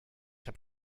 habe